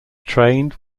trained